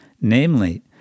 namely